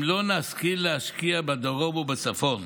אם לא נשכיל להשקיע בדרום או בצפון